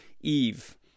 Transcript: Eve